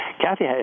Kathy